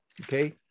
okay